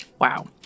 Wow